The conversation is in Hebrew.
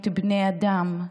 להיות בני אדם,